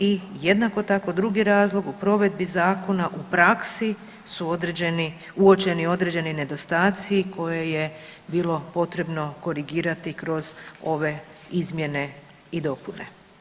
I jednako tako drugi razlog u provedbi zakona u praksi su uočeni određeni nedostaci koje je bilo potrebno korigirati kroz ove izmjene i dopune.